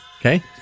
Okay